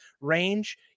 range